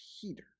Peter